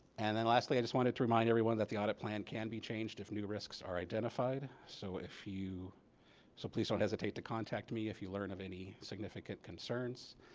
and then lastly i just wanted to remind everyone that the audit plan can be changed if new risks are identified. so if you so please don't hesitate to contact contact me if you learn of any significant concerns.